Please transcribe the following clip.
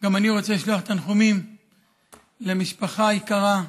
גם אני רוצה לשלוח תנחומים למשפחה היקרה,